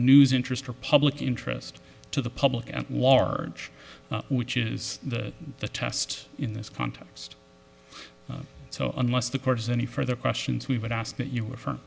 news interest or public interest to the public at large which is the test in this context so unless the court has any further questions we would ask that you